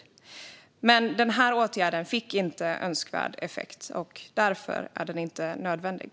Åtgärden med sänkt skatt fick alltså inte önskvärd effekt, och därför är den inte nödvändig.